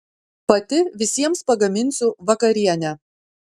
pati visiems pagaminsiu vakarienę